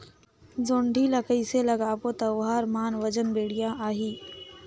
जोणी ला कइसे लगाबो ता ओहार मान वजन बेडिया आही?